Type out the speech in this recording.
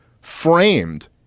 framed